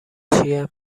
چیه